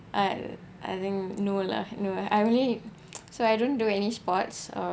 I I think no lah no lah I really so I don't do any sports uh